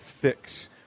fix